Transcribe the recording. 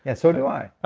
and so do i oh,